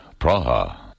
Praha